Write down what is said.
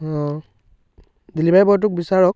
delivery বয়টোক বিচাৰক